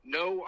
no